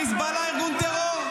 חיזבאללה הוא ארגון טרור?